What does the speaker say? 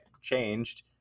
changed